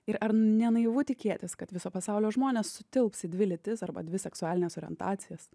ir ar ne naivu tikėtis kad viso pasaulio žmonės sutilps į dvi lytis arba dvi seksualines orientacijas